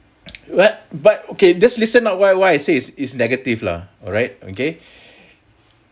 what but okay just listen out why why I says it's negative lah alright okay